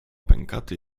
pękaty